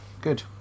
Good